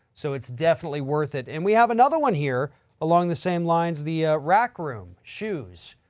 so it's definitely worth it. and we have another one here along the same lines, the rack room shoes.